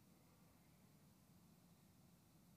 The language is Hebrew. אין בעיה.